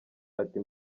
ati